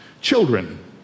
children